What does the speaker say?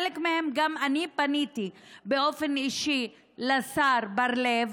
לגבי חלק מהן אני גם פניתי באופן אישי לשר בר לב,